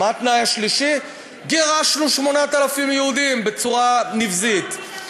מה התנאי השלישי: גירשנו 8,000 יהודים בצורה נבזית.